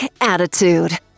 attitude